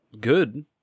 good